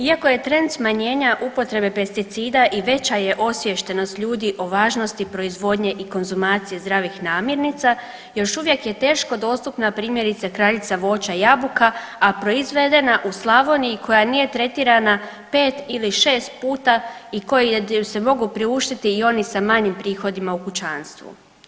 Iako je trend smanjenja upotrebe pesticida i veća je osviještenost ljudi o važnosti proizvodnje i konzumacije zdravih namirnica još uvijek je teško dostupna primjerice kraljica voća jabuka, a proizvedena u Slavoniji koja nije tretirana 5 ili 6 puta i koju si mogu priuštiti i oni sa manjim prihodima u kućanstvu.